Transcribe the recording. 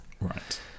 Right